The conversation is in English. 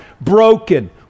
broken